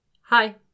Hi